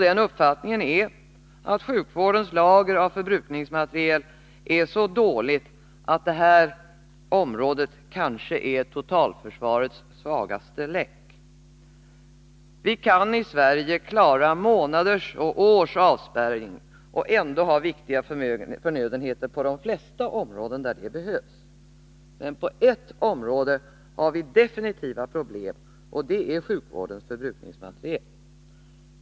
Den uppfattningen är att sjukvårdens lager av förbrukningsmateriel är så dåligt att detta område kanske är totalförsvarets svagaste länk. Sverige kan klara månaders och års avspärrning och ändå ha viktiga förnödenheter på de flesta områden där det krävs. Men på ett område har vi definitiva problem, och det är sjukvårdens förbrukningsmateriel.